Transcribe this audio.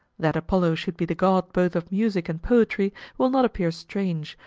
that apollo should be the god both of music and poetry will not appear strange,